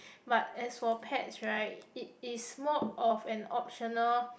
but as for pets right it is more of an optional